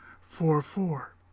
four-four